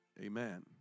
Amen